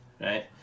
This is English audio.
right